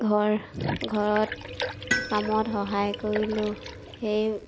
ঘৰ ঘৰত কামত সহায় কৰিলোঁ সেই